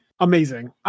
Amazing